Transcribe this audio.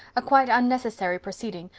a quite unnecessary proceeding,